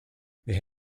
they